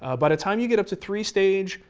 ah but time you get up to three stage,